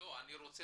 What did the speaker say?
לא, אני רוצה